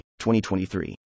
2023